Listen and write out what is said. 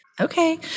Okay